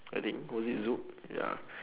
I think was it zouk ya